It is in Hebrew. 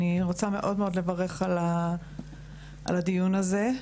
אני רוצה מאוד מאד לברך על הדיון הזה.